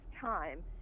time